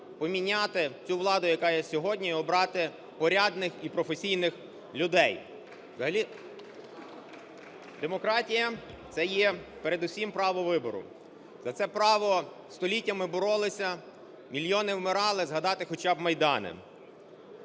поміняти цю владу, яка є сьогодні і обрати порядних і професійних людей. Взагалі демократія – це є передусім право вибору. За це право століттями боролися, мільйони вмирали, згадати хоча б майдани.